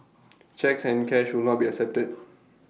cheques and cash will not be accepted